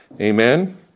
Amen